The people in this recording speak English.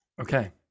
Okay